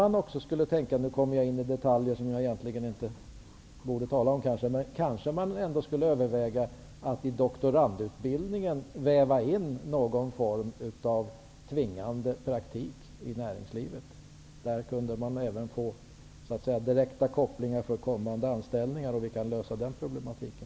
Nu kommer jag in på detaljer som jag kanske inte borde tala om. Men man borde kanske överväga att i doktorandutbildningen väva in någon form av tvingande praktik i näringslivet. Där kunde man få direkta kopplingar inför kommande anställningar, och så kan vi lösa den problematiken.